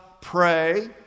pray